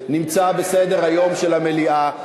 נמצא בסדר-היום של המליאה.